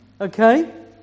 Okay